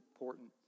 important